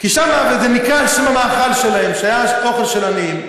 וזה נקרא על שם המאכל שלהם, שהיה אוכל של עניים.